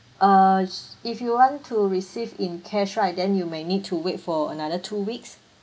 err if you want to receive in cash right then you may need to wait for another two weeks